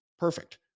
Perfect